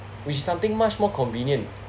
which something much more convenient